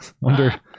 wonder